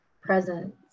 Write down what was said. presence